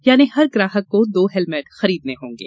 यानी हर ग्राहक को दो हेलमेट खरीदने होंगे